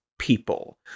People